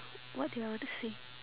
what did I want to say